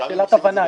שאלת הבנה